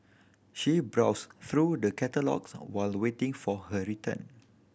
she browsed through the catalogues while waiting for her return